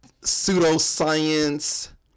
pseudoscience